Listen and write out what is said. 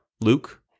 Luke